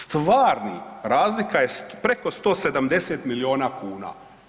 Stvarni razlika je preko 170 milijuna kuna.